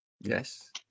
Yes